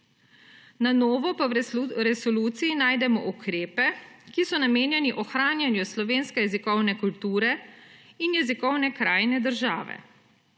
Na novo pa v resoluciji najdemo ukrepe, ki so namenjeni ohranjanju slovenske jezikovne kulture in jezikovne krajine države.